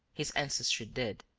his ancestry did.